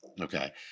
okay